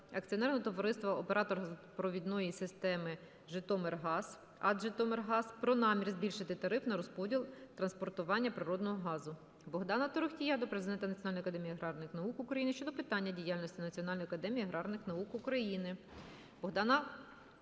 Акціонерного товариства "Оператор газорозподільної системи "Житомиргаз" (АТ "Житомиргаз") про намір збільшити тариф на розподіл (транспортування) природного газу. Богдана Торохтія до Президента Національної академії аграрних наук України щодо питань діяльності Національної академії аграрних наук України.